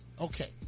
Okay